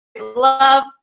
love